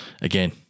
again